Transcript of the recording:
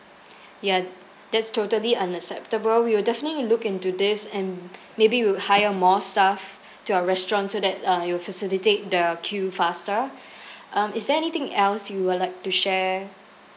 ya that's totally unacceptable we will definitely look into this and maybe we'll hire more staff to our restaurant so that uh it'll facilitate the queue faster um is there anything else you would like to share